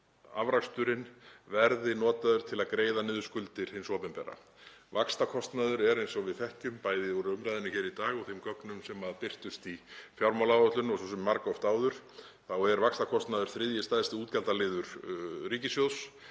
afraksturinn verði notaður til að greiða niður skuldir hins opinbera. Vaxtakostnaður er, eins og við þekkjum, bæði úr umræðunni hér í dag og af þeim gögnum sem birtust í fjármálaáætlun, og svo sem margoft áður, þriðji stærsti útgjaldaliður ríkissjóðs